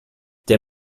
der